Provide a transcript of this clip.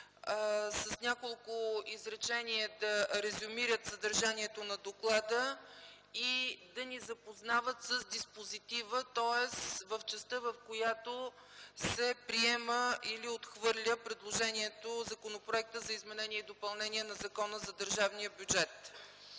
с няколко изречения да резюмират съдържанието на доклада и да ни запознават с диспозитива, тоест в частта, в която се приема или отхвърля предложението – Законопроектът за изменение и допълнение на Закона за държавния бюджет.